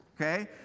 Okay